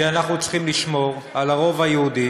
כי אנחנו צריכים לשמור על הרוב היהודי